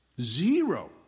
Zero